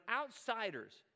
outsiders